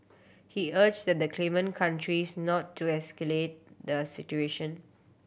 he urged the claimant countries not to escalate the situation